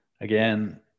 Again